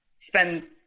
spend